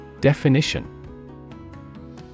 Definition